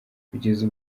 kugeza